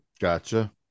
Gotcha